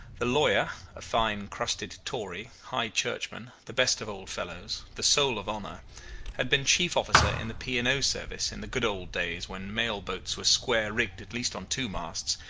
the lawyer a fine crusted tory, high churchman, the best of old fellows, the soul of honour had been chief officer in the p. and o. service in the good old days when mail-boats were square-rigged at least on two masts,